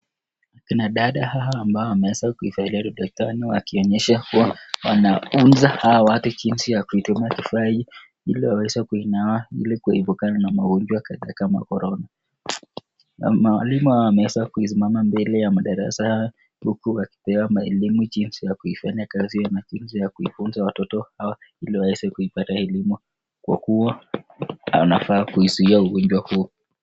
Kina dada hawa ambao wameweza kuvalia..wakionyesha kuwa wanafunza hao watu jinzi ya kutumia kifaa hii, ili waweze kuinama ili kuepukana na magonjwa kadhaa kama corona. Mwalimu ameweza kusimama mbele ya madarasa yao, huku wakipea mwalimu jinzi ya kuifanya kazi ama njia ya kuifunza watoto hao ili waweze kuipata elemu. kwa kuwa anafaa kuzuia ugonjwa huu.